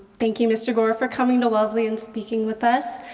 thank you, mr. gore, for coming to wellesley and speaking with us.